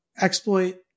Exploit